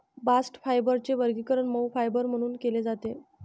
bast फायबरचे वर्गीकरण मऊ फायबर म्हणून केले जाते